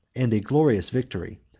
and a glorious victory,